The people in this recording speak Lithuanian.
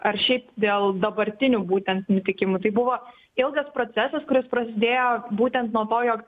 ar šiaip dėl dabartinių būtent nutikimų tai buvo ilgas procesas kuris prasidėjo būtent nuo to jog